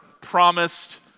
promised